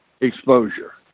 exposure